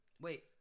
Wait